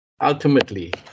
Ultimately